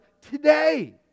today